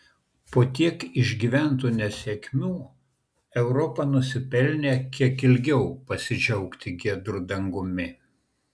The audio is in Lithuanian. po tiek išgyventų nesėkmių europa nusipelnė kiek ilgiau pasidžiaugti giedru dangumi